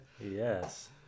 Yes